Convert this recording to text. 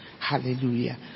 Hallelujah